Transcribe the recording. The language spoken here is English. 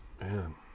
Man